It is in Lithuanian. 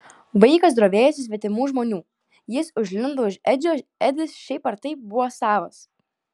vaikas drovėjosi svetimų žmonių jis užlindo už edžio edis šiaip ar taip buvo savas